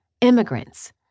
immigrants